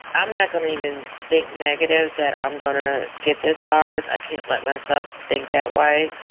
i'm not gonna even think negative, that i'm gonna get this virus. i can't let myself think that way.